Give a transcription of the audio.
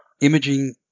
imaging